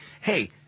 hey